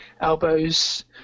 elbows